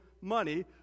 money